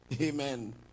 Amen